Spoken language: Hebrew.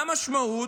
מה המשמעות?